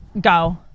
go